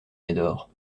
médor